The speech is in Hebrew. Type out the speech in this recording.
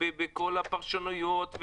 בכל הפרשנויות,